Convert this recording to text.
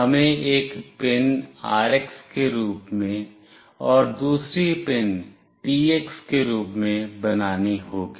हमें एक pin RX के रूप में और दूसरी पिन TX के रूप में बनानी होगी